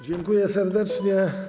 Dziękuję serdecznie.